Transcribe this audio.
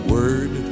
Word